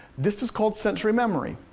this is called sensory memory.